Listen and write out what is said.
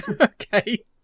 Okay